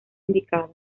indicada